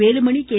Velumani K